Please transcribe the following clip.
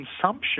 consumption